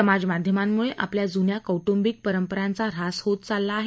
समाज माध्यमांमुळे आपल्या जुन्या कौटुंबिक परंपरांचा हास होत चाललं आहे